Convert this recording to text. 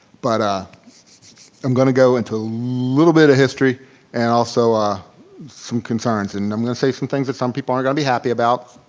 but i'm gonna go into a little bit of history and also ah some concerns and i'm gonna say some things that some people aren't gonna be happy about,